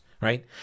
right